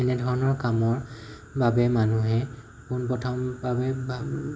এনে ধৰণৰ কামৰ বাবে মানুহে পোন প্ৰথম বাবে বা